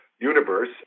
universe